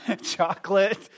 Chocolate